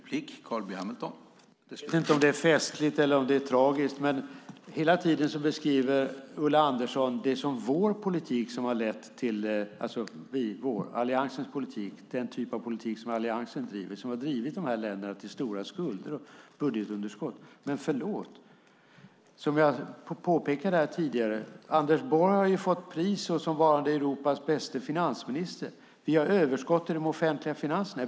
Herr talman! Jag vet inte om det är festligt eller om det är tragiskt, men hela tiden beskriver Ulla Andersson det som att det är den typ av politik som Alliansen driver som har drivit de här länderna till stora skulder och budgetunderskott. Men, förlåt, som jag påpekade här tidigare har ju Anders Borg fått pris såsom varande Europas bäste finansminister. Vi har överskott i de offentliga finanserna.